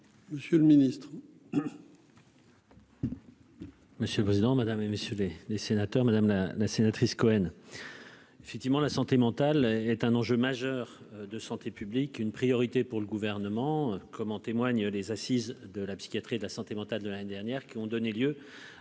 Monsieur le Ministre. Monsieur le président, Mesdames et messieurs les sénateurs Madame la la sénatrice Cohen. Effectivement, la santé mentale est un enjeu majeur de santé publique une priorité pour le gouvernement, comme en témoignent les assises de la psychiatrie et de la santé mentale de l'année dernière, qui ont donné lieu à la création